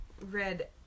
Red